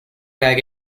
bag